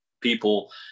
people